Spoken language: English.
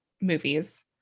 movies